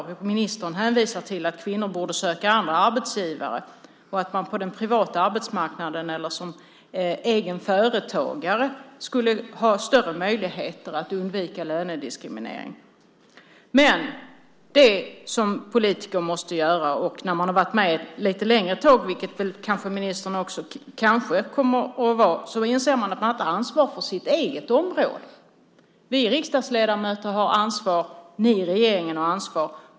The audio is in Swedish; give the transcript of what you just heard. Och ministern hänvisar till att kvinnor borde söka andra arbetsgivare och att man på den privata arbetsmarknaden eller som egen företagare skulle ha större möjligheter att undvika lönediskriminering. Men politiker måste göra något. Och när man har varit med ett lite längre tag, vilket kanske ministern också kommer att vara, inser man att man har ett ansvar för sitt eget område. Vi riksdagsledamöter har ansvar. Ni i regeringen har ansvar.